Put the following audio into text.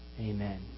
Amen